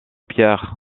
pierre